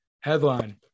Headline